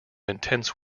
intense